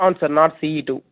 అవును sir Nord CE two